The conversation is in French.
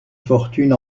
fortune